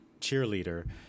cheerleader